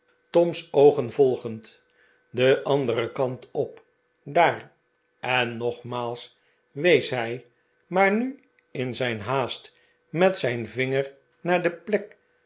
tom's oogen volgend den anderen kant op daar en nogmaals wees hij maar nu in zijn haast met zijn vinger naar de plek